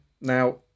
now